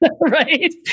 Right